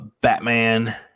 batman